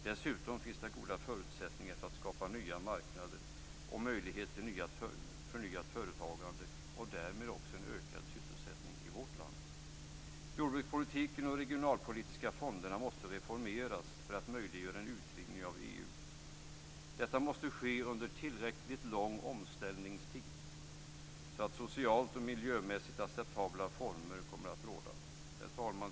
Dessutom finns det goda förutsättningar för att skapa nya marknader och möjlighet till förnyat företagande och därmed också en ökad sysselsättning i vårt land. Jordbrukspolitiken och de regionalpolitiska fonderna måste reformeras för att möjliggöra en utvidgning av EU. Detta måste ske under en tillräckligt lång omställningstid, så att socialt och miljömässigt acceptabla former kommer att råda. Herr talman!